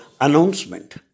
announcement